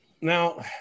Now